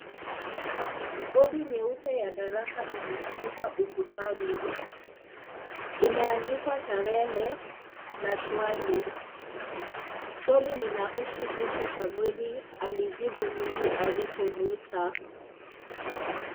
Bodi nyeupe ya darasa imetundikwa ukutani, imeandikwa tarehe na swali. Swali linahusu jinsi Samuel alijibu Mungu alioomwita.